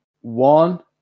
one